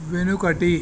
వెనుకటి